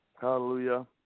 hallelujah